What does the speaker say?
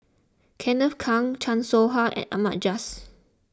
Kenneth Keng Chan Soh Ha and Ahmad Jais